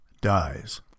dies